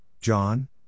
John